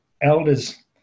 elders